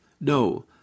No